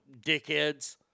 dickheads